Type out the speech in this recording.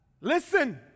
listen